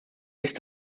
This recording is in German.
ist